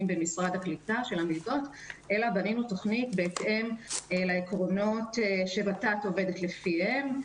במשרד הקליטה אלא בנינו תכנית בהתאם לעקרונות שות"ת עובדת לפיהן.